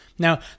Now